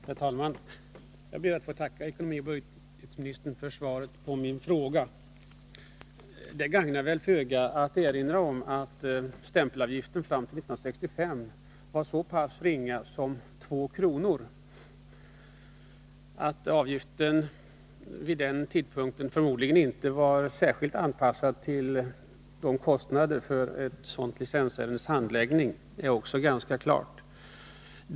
Herr talman! Jag ber att få tacka ekonomioch budgetministern för svaret på min fråga. Det gagnar väl föga att erinra om att stämpelavgiften fram till 1965 var så pass ringa som 2 kr. Att avgiften vid den tidpunkten förmodligen inte var särskilt anpassad till kostnaderna för ett sådant licensärendes handläggning är rätt klart.